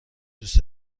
دوست